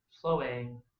flowing